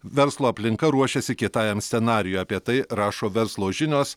verslo aplinka ruošiasi kietajam scenarijui apie tai rašo verslo žinios